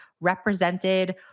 represented